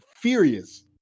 furious